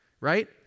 right